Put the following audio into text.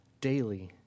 daily